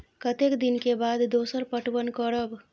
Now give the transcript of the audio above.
कतेक दिन के बाद दोसर पटवन करब?